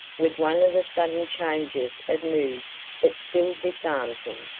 with one of the sudden changes of mood that still disarmed him,